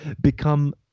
become